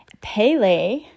Pele